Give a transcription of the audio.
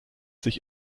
sich